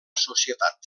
societat